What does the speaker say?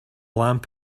lamp